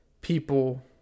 people